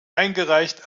eingereicht